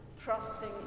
trusting